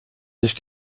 sich